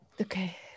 Okay